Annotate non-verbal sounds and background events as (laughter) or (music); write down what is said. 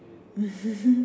(laughs)